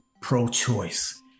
pro-choice